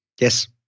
Yes